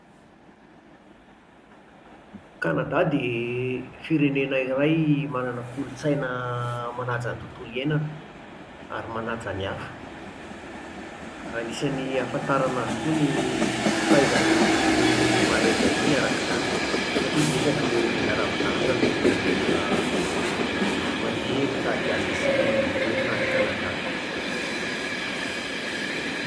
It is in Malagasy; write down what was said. Canada dia firenena iray manana kolontsaina manaja ny tontolo iainana, ary manaja ny hafa. Anisan'ny ahafantarana azy koa ny fahaizany mandray vahiny, araka izany, satria betsaka ireo mpila ravinahitra no tonga mandeha mitady asa sy mivelona any Canada,